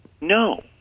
No